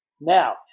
Now